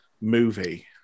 movie